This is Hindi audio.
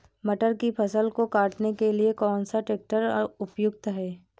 मटर की फसल को काटने के लिए कौन सा ट्रैक्टर उपयुक्त है?